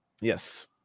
Yes